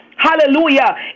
Hallelujah